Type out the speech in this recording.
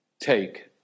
take